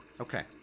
okay